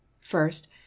first